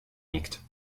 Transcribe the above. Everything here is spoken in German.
liegt